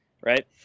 Right